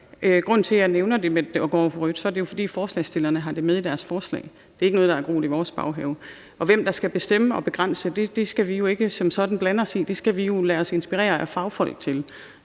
Grunden til, at jeg nævner det med at gå over for rødt, er, at forslagsstillerne har det med i deres forslag – det er ikke noget, der er groet i vores baghave. Og hvem, der skal bestemme og begrænse, er jo ikke noget, vi som sådan skal blande os i – der skal vi jo lade os inspirere af fagfolk,